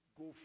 go